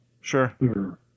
Sure